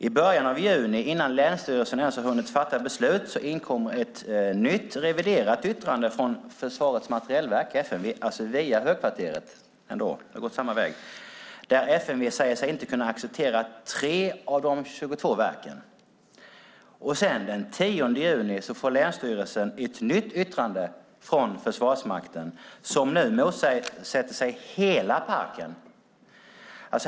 I början av juni, innan länsstyrelsen ens har hunnit fatta beslut, inkommer ett nytt, reviderat yttrande från Försvarets materielverk, alltså FMV, via Högkvarteret. Det har gått samma väg. Där säger sig FMV inte kunna acceptera 3 av de 22 verken. Den 10 juni får länsstyrelsen ett nytt yttrande från Försvarsmakten som nu motsätter sig hela parken.